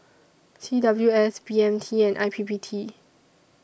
C W S B M T and I P P T